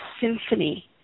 symphony